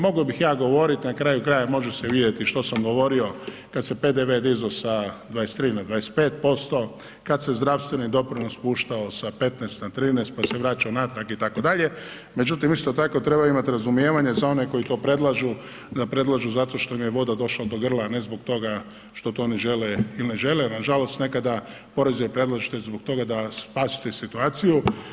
Mogao bih ja govorit, na kraju krajeva može se vidjeti što sam govorio kad se PDV dizao sa 23 na 25%, kad se zdravstveni doprinos spuštao sa 15 na 13, pa se vraćao natrag itd., međutim isto tako treba imati razumijevanja za one koji to predlažu, da predlažu zato što im je voda došla do grla, a ne zbog toga što to ne žele ili ne žele, nažalost poreze i predlažete zbog toga da spasite situaciju.